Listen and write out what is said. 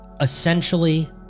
Essentially